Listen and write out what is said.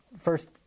first